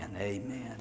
Amen